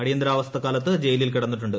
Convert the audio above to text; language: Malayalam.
അടിയന്തരാവസ്ഥക്കാലത്ത് ് ജയിലിൽ കിടന്നിട്ടുണ്ട്